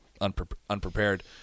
unprepared